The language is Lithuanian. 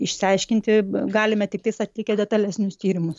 išsiaiškinti galime tiktais atlikę detalesnius tyrimus